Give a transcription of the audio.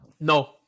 No